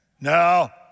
Now